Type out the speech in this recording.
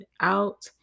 out